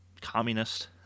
communist